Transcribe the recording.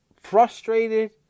frustrated